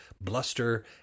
bluster